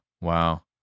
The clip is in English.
wow